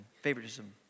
favoritism